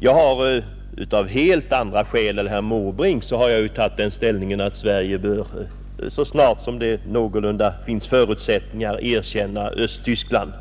Jag har av helt andra skäl än herr Måbrink intagit den ställningen att Sverige så snart som någorlunda goda förutsättningar härför finns bör erkänna Östtyskland.